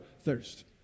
thirst